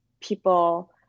people